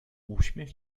uśmiech